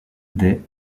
des